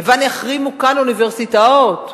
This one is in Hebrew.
לבל יחרימו אוניברסיטאות כאן.